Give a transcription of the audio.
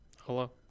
Hello